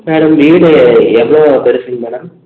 madam வீடு எவ்வளோ பெருசுங்க மேடம்